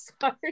sorry